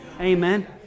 amen